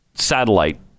Satellite